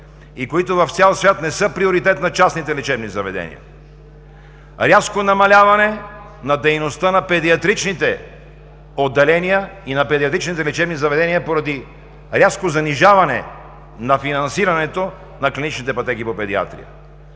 и които в цял свят не са приоритет на частните лечебни заведения. Рязко намаляване на дейността на педиатричните отделения и на педиатричните лечебни заведения поради рязко занижаване на финансирането на клиничните пътеки по педиатрия.